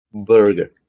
burger